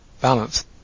balance